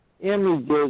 images